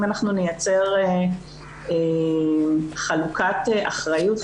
אם נייצר חלוקת אחריות,